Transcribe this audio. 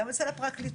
גם אצל הפרקליטות,